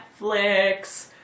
Netflix